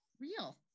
real